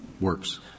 works